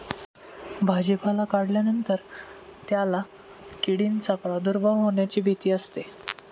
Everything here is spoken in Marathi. भाजीपाला काढल्यानंतर त्याला किडींचा प्रादुर्भाव होण्याची भीती असते